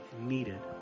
needed